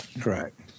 Correct